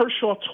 Kershaw